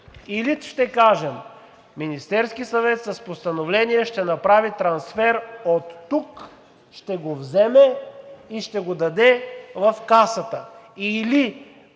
Или ще кажем, че Министерският съвет с постановление ще направи трансфер – оттук ще го вземе и ще го даде в Касата; или